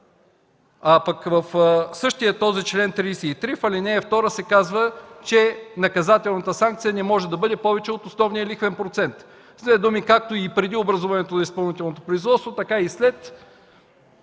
лихва. В същия този чл. 33, в ал. 2 се казва, че наказателната санкция не може да бъде повече от основния лихвен процент. С две думи, както и преди образуването на изпълнителното производство, така и след,